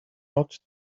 out